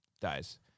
dies